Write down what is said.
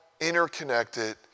interconnected